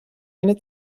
eine